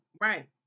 right